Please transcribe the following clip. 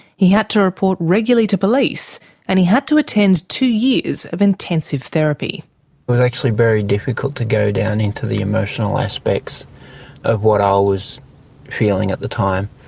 he had to report regularly to police and he had to attend two years of intensive therapy. it was actually very difficult to go down into the emotional aspects of what i was feeling at the time.